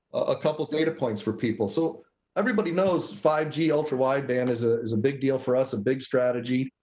a couple data points for people. so everybody knows five g ultra wideband is ah is a big deal for us, a big strategy.